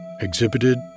Exhibited